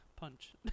punch